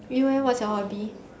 you eh what's your hobby